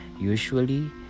usually